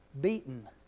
beaten